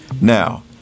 now